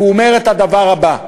כי הוא אומר את הדבר הבא: